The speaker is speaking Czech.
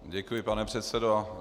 Děkuji, pane předsedo.